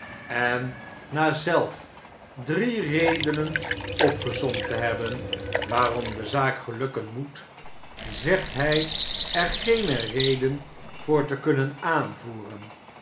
en na zelf drie redenen opgesomd te liebben waarom de zaak gelukken moet zegt hy er geene reden voor te kunnen aanvoeren